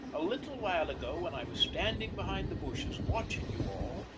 a little while ago when i was standing behind the bushes watching you all,